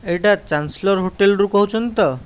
ଏଇଟା ଚାନ୍ସେଲର ହୋଟେଲରୁ କହୁଛନ୍ତି ତ